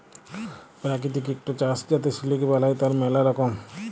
পেরাকিতিক ইকট চাস যাতে সিলিক বালাই, তার ম্যালা রকম